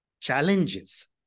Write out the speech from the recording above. challenges